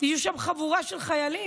יהיו שם חבורה של חיילים,